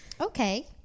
Okay